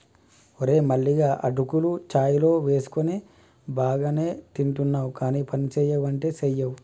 ఓరే మల్లిగా అటుకులు చాయ్ లో వేసుకొని బానే తింటున్నావ్ గానీ పనిసెయ్యమంటే సెయ్యవ్